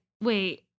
wait